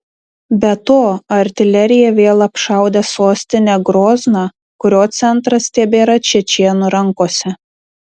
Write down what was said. be to artilerija vėl apšaudė sostinę grozną kurio centras tebėra čečėnų rankose